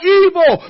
evil